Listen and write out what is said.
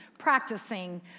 practicing